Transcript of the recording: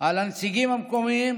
על הנציגים המקומיים,